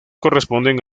corresponden